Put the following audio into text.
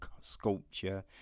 sculpture